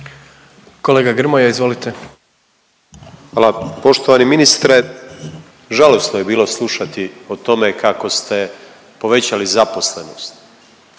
**Grmoja, Nikola (MOST)** Hvala. Poštovani ministre, žalosno je bilo slušati o tome kako ste povećali zaposlenost.